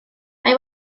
mae